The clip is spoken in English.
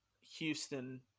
Houston